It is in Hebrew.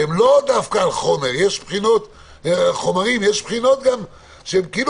שהן לא דווקא על חומר יש בחינות שהן כאילו